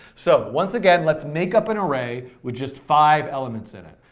so once again, let's make up an array with just five elements in it.